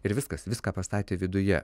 ir viskas viską pastatė viduje